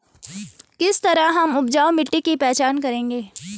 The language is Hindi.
किस तरह हम उपजाऊ मिट्टी की पहचान करेंगे?